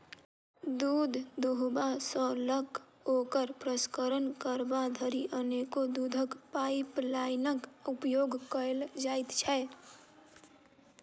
दूध दूहबा सॅ ल क ओकर प्रसंस्करण करबा धरि अनेको दूधक पाइपलाइनक उपयोग कयल जाइत छै